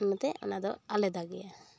ᱚᱱᱟᱛᱮ ᱚᱱᱟ ᱫᱚ ᱟᱞᱟᱫᱟ ᱜᱮᱭᱟ